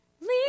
Leave